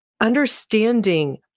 understanding